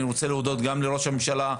אני רוצה להודות גם לראש הממשלה,